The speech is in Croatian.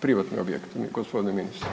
privatne objekte gospodine ministre.